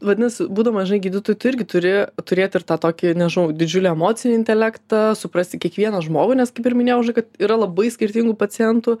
vadinasi būdamas žinai gydytoju tu irgi turi turėt ir tą tokį nežinau didžiulį emocinį intelektą suprasti kiekvieną žmogų nes kaip ir minėjau kad yra labai skirtingų pacientų